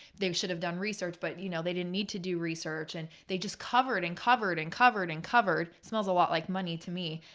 they should have done research, but you know they didn't need to do research and they just covered and covered and covered and covered. smells a lot like money to me.